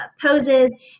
poses